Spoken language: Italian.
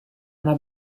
una